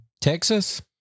Texas